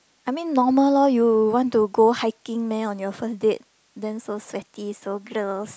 I mean normal loh you want to go hiking meh on your first date then so sweaty so gross